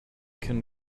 can